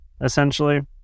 essentially